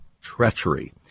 treachery